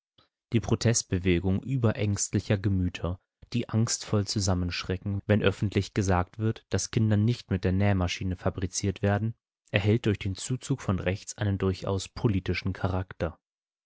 die protestbewegung überängstlicher gemüter die angstvoll zusammenschrecken wenn öffentlich gesagt wird daß kinder nicht mit der nähmaschine fabriziert werden erhält durch den zuzug von rechts einen durchaus politischen charakter